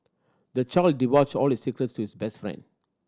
the child divulged all his secrets to his best friend